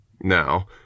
Now